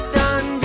done